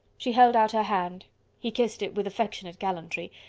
she held out her hand he kissed it with affectionate gallantry,